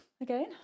Again